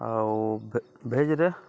ଆଉ ଭେ ଭେଜ୍ରେ